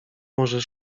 może